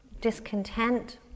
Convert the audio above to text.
discontent